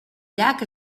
llac